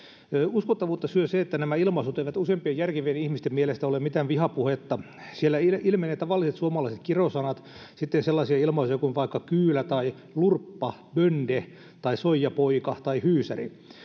uskottavuutta syö se että nämä ilmaisut eivät useimpien järkevien ihmisten mielestä ole mitään vihapuhetta siellä ilmenevät tavalliset suomalaiset kirosanat ja sitten sellaisia ilmaisuja kuin vaikka kyylä tai lurppa tai bönde tai soijapoika tai hyysäri